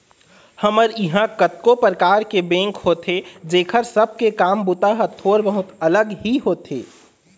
हमर इहाँ कतको परकार के बेंक होथे जेखर सब के काम बूता ह थोर बहुत अलग ही होथे